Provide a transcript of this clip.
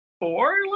four